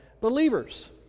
believers